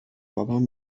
بابام